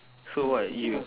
so what you